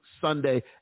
Sunday